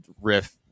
riff